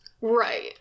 Right